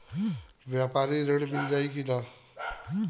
व्यापारी ऋण मिल जाई कि ना?